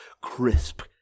crisp